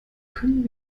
können